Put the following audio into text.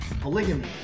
Polygamy